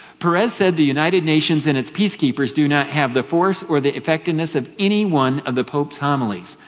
peres said the united nations and its peacekeepers do not have the force or the effectiveness of any one of the pope's homilies,